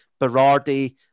Berardi